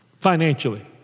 Financially